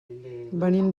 venim